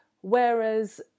whereas